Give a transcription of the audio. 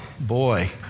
boy